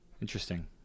Interesting